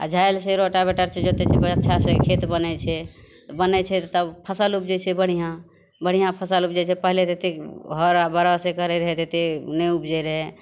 आ झालि से रोटावेटर से जते बड़ अच्छा से खेत बनै छै बनै छै तब फसल उपजै छै बढ़िआँ बढ़िआँ फसल उपजै छै पहिले जतेक हर आओर बड़द से करै रहै तऽ एतेक नहि उपजै रहै